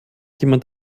jemand